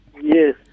Yes